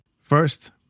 First